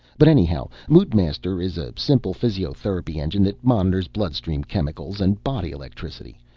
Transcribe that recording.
but anyhow, moodmaster is a simple physiotherapy engine that monitors bloodstream chemicals and body electricity.